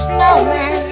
Snowman